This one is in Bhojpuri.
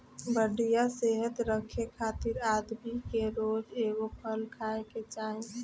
बढ़िया सेहत रखे खातिर आदमी के रोज एगो फल खाए के चाही